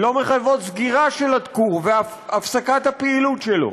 לא מחייבות סגירה של הכור והפסקת הפעילות שלו?